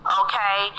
okay